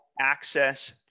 access